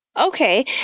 Okay